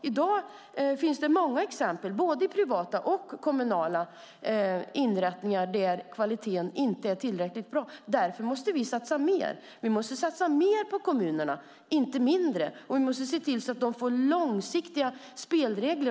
I dag finns det många exempel, i både privata och kommunala inrättningar, på att kvaliteten inte är tillräckligt bra. Därför måste vi satsa mer. Vi måste satsa mer på kommunerna, inte mindre. Vi måste se till att de får långsiktiga spelregler.